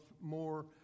more